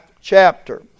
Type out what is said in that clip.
chapter